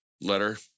letter